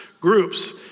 groups